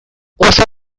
oso